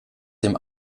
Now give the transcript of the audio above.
dem